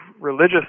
religious